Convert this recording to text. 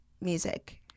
music